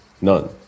none